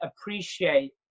appreciate